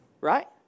Right